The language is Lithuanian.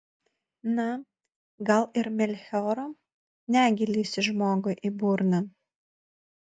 na gal ir melchioro negi lįsi žmogui į burną